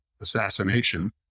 assassination